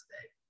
today